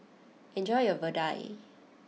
enjoy your Vadai